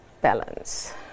balance